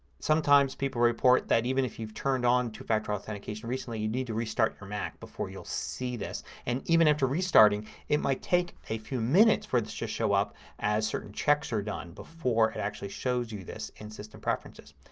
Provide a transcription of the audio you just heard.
sometimes people report that even if you've turned on two factor authentication recently you need to restart your mac before you'll see this and even after restarting it might take a few minutes for it to show up as certain checks are done before it actually shows you this in system preferences.